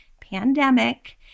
pandemic